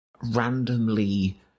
randomly